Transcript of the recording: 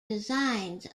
designs